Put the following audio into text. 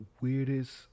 weirdest